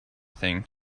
thing